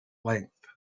length